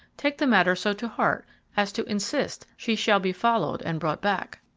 take the matter so to heart as to insist she shall be followed and brought back?